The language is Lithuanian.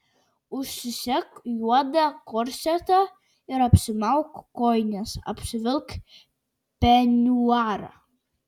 užsisek juodą korsetą ir apsimauk kojines apsivilk peniuarą